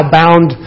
bound